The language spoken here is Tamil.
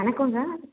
வணக்கங்க